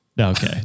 Okay